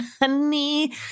honey